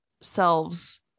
selves